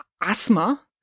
asthma